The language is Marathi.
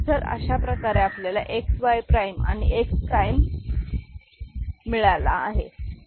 तर अशा प्रकारे आपल्याला X Y प्राईम XY आणि X प्राईम X मिळाला आहे